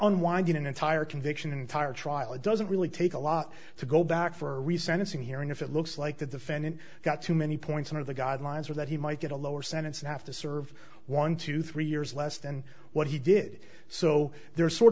on wind in an entire conviction entire trial it doesn't really take a lot to go back for resentencing hearing if it looks like the defendant got too many points out of the guidelines or that he might get a lower sentence and have to serve one to three years less than what he did so there is sort